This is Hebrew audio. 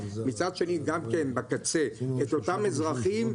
ומצד שני, גם כן, בקצה, את אותם אזרחים.